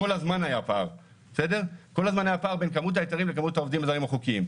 כל הזמן היה פער בין כמות ההיתרים לבין כמות העובדים הזרים החוקיים.